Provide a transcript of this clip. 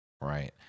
right